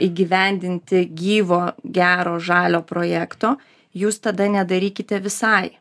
įgyvendinti gyvo gero žalio projekto jūs tada nedarykite visai